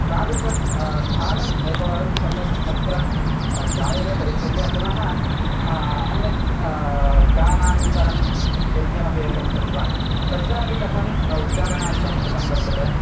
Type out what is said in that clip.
तादृशं स्थानम् एकवारं सम्यक् अत्र गायने परिशील्य पुनः अन्यत् गानान्तरं यत्किमपि एकं श्रुत्वा तत्रापि कथम् अ उच्चारणादिकं कृतं वर्तते